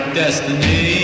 destiny